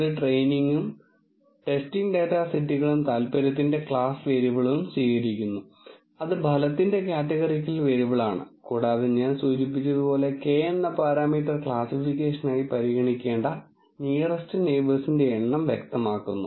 ഇത് ട്രെയിനിങ്ങും testing data സെറ്റുകളും താൽപ്പര്യത്തിന്റെ ക്ലാസ് വേരിയബിളും സ്വീകരിക്കുന്നു അത് ഫലത്തിന്റെ കാറ്റഗറിക്കൽ വേരിയബിളാണ് കൂടാതെ ഞാൻ സൂചിപ്പിച്ചതുപോലെ k എന്ന പാരാമീറ്റർ ക്ലാസ്സിഫിക്കേഷനായി പരിഗണിക്കേണ്ട നിയറെസ്റ് നെയിബേഴ്സിന്റെ എണ്ണം വ്യക്തമാക്കുന്നു